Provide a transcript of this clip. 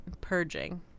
Purging